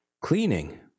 cleaning